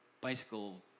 bicycle